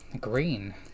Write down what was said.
Green